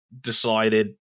decided